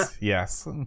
yes